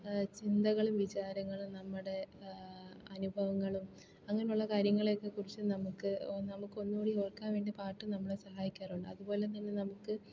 ചിന്തകളും വിചാരങ്ങളും നമ്മുടെ അനുഭവങ്ങളും അങ്ങനെയുള്ള കാര്യങ്ങളെയൊക്കെ കുറിച്ച് നമുക്ക് നമുക്കൊന്നു കൂടി ഓർക്കാൻ വേണ്ടി പാട്ട് നമ്മളെ സഹായിക്കാറുണ്ട് അതുപോലെ തന്നെ നമുക്ക്